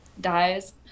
dies